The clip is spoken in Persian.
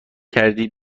کردی